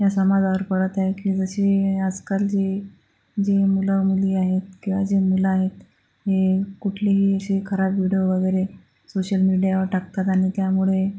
या समाजावर पडत आहे की जशी आजकालची जी मुलं मुली आहेत किंवा जे मुलं आहेत हे कुठलीही अशी खराब विडियो वगैरे सोशल मीडियावर टाकतात आणि त्यामुळे